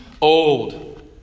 old